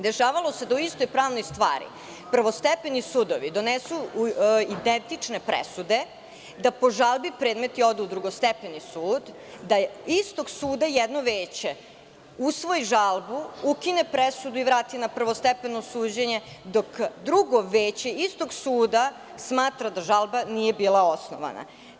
Dešavalo se da u istoj pravnoj stvari prvostepeni sudovi donesu identične presude, da po žalbi predmeti odu u drugostepeni sud, da istog suda jedno veće usvoji žalbu, ukine presudu i vrati na prvostepeno suđenje, dok drugo veće istog suda, smatra da žalba nije bila osnovana.